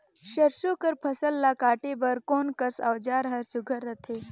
सरसो कर फसल ला काटे बर कोन कस औजार हर सुघ्घर रथे?